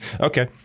Okay